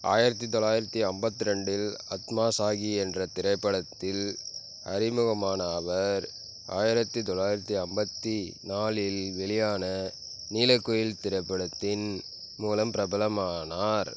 ஆயிரத்து தொள்ளாயிரத்து ஐம்பத்ரெண்டில் ஆத்மசாகி என்ற திரைப்படத்தில் அறிமுகமான அவர் ஆயிரத்து தொள்ளாயிரத்து ஐம்பத்தி நாளில் வெளியான நீலக்குயில் திரைப்படத்தின் மூலம் பிரபலமானார்